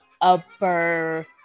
upper